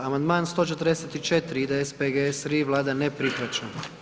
Amandman 144, IDS, PGS, RI, Vlada ne prihvaća.